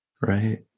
Right